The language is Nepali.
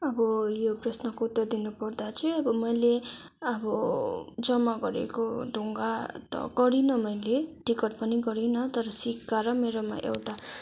अब यो प्रश्नको उत्तर दिनुपर्दा चाहिँ अब मैले अब जम्मा गरेको ढुङ्गा त गरिन मैले टिकट पनि गरिन तर सिक्का र मेरोमा एउटा